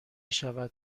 شود